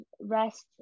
rest